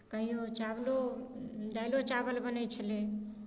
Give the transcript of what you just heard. कहिओ चावलो दालिओ चावल बनै छलै